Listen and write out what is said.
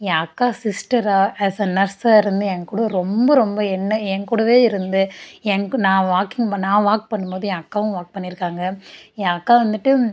என் அக்கா சிஸ்டராக as a நர்ஸாக இருந்து ஏங்கூட ரொம்ப ரொம்ப என்ன ஏங்கூடவே இருந்து எனக்கு நான் வாக்கிங் பண் நான் வாக் பண்ணும் போது ஏன் அக்காவும் வாக் பண்ணிருக்காங்க என் அக்கா வந்துவிட்டு